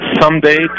someday